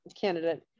candidate